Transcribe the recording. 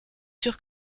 sûre